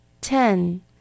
Ten